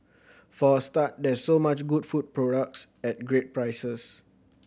for a start there's so much good food products at great prices